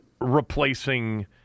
replacing –